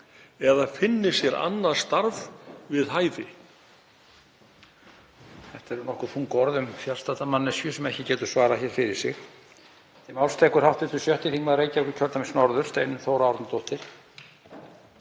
eða finni sér annað starf við hæfi.